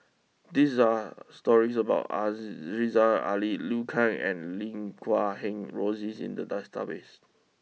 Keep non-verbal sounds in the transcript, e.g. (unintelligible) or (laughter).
these are stories about (unintelligible) Ali Liu Kang and Lim Guat Kheng Rosie's in the (unintelligible) base